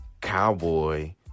Cowboy